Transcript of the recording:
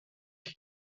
qui